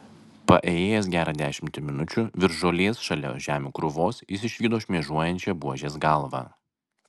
paėjėjęs gerą dešimtį minučių virš žolės šalia žemių krūvos jis išvydo šmėžuojančią buožės galvą